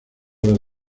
horas